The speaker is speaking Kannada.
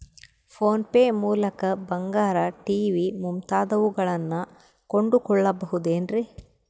ಫೋನ್ ಪೇ ಮೂಲಕ ಬಂಗಾರ, ಟಿ.ವಿ ಮುಂತಾದವುಗಳನ್ನ ಕೊಂಡು ಕೊಳ್ಳಬಹುದೇನ್ರಿ?